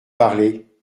parler